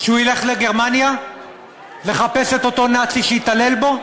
שהוא ילך לגרמניה לחפש את אותו נאצי שהתעלל בו?